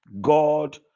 god